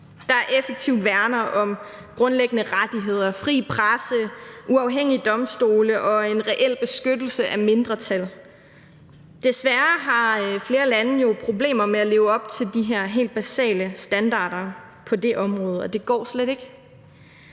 der effektivt værner om grundlæggende rettigheder, fri presse, uafhængige domstole og en reel beskyttelse af mindretal. Desværre har flere lande jo problemer med at leve op til de her helt basale standarder på det område, og det går slet ikke.